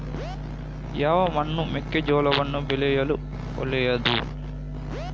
ಯಾವ ಮಣ್ಣು ಮೆಕ್ಕೆಜೋಳವನ್ನು ಬೆಳೆಯಲು ಒಳ್ಳೆಯದು?